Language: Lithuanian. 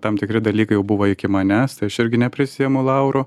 tam tikri dalykai jau buvo iki manęs tai aš irgi neprisiimu laurų